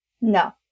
No